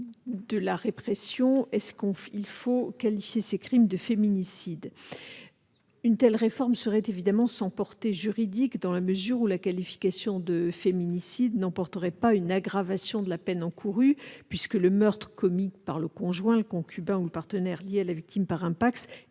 de la répression, faut-il qualifier ces crimes de féminicides ? Une telle réforme serait évidemment sans portée juridique, dans la mesure où la qualification de féminicide n'emporterait pas une aggravation de la peine encourue puisque le meurtre commis par le conjoint, concubin ou partenaire lié à la victime par un